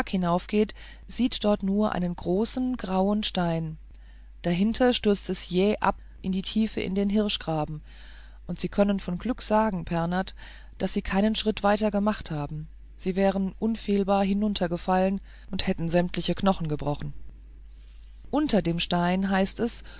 hinaufgeht sieht dort nur einen großen grauen stein dahinter stürzt es jäh ab in die tiefe in den hirschgraben und sie können von glück sagen pernath daß sie keinen schritt weiter gemacht haben sie wären unfehlbar hinuntergefallen und hätten sämtliche knochen gebrochen unter dem stein heißt es